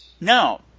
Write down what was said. No